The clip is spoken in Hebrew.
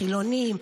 חילונים,